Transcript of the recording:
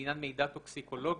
לעניין מידע טוקסיקולוגי,